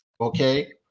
Okay